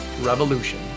revolution